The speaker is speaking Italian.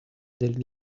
del